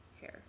hair